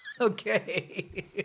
Okay